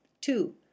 Two